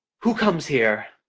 who comes here?